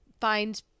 find